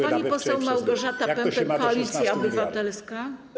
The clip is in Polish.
Pani poseł Małgorzata Pępek, Koalicja Obywatelska.